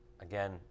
Again